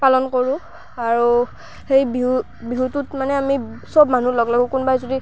পালন কৰোঁ আৰু সেই বিহু বিহুটোত মানে আমি চব মানুহ লগ লাগোঁ কোনোবাই যদি